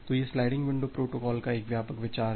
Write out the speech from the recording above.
तो यह sliding window protocol का व्यापक विचार है